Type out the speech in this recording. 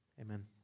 Amen